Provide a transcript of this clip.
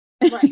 right